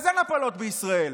אז אין הפלות בישראל,